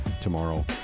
tomorrow